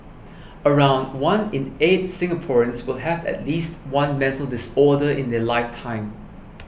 around one in eight Singaporeans will have at least one mental disorder in their lifetime